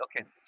okay